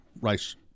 rice